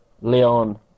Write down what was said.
Leon